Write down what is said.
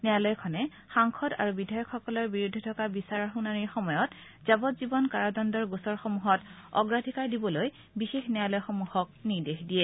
ন্যায়ালয়খনে সাংসদ আৰু বিধায়কসকলৰ বিৰুদ্ধে থকা বিচাৰৰ শুনানিৰ সময়ত যাৱজ্জীৱন কাৰাদণ্ডৰ গোচৰসমূহত অগ্ৰাধিকাৰ দিবলৈ বিশেষ ন্যায়ালয়সমূহক নিৰ্দেশ দিয়ে